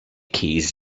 keys